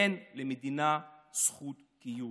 אין למדינה זכות קיום.